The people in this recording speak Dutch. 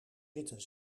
zitten